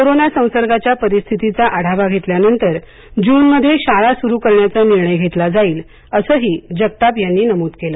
corona संसर्गाच्या परिस्थितीचा आढावा घेतल्यानंतर जूनमध्ये शाळा सुरु करण्याचा निर्णय घेतला जाईल असंही जगताप यांनी नमूद केलं